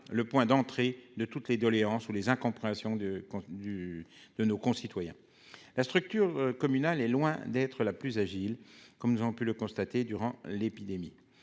le point d'entrée de toutes les doléances et incompréhensions de nos concitoyens. La structure communale est de loin la plus agile, comme nous avons pu le constater durant l'épidémie